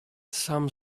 some